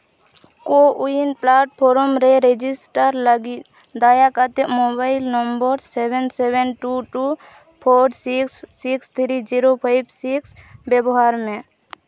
CoWIN platform ᱨᱮ register ᱞᱟᱹᱜᱤᱫ ᱫᱟᱭᱟ ᱠᱟᱛᱮᱫ mobile number seven seven two two four six six three zero five six ᱵᱮᱵᱚᱦᱟᱨ ᱢᱮ